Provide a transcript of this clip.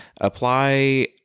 apply